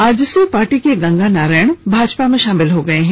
AJSU party के गंगा नारायण भाजपा में शामिल हो गये हैं